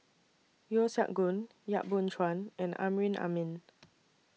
Yeo Siak Goon Yap Boon Chuan and Amrin Amin